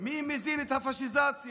מי מזין את הפשיזציה,